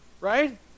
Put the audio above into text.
right